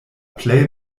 plej